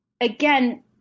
again